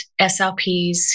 slps